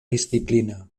disciplina